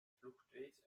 fluchtwegs